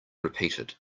repeated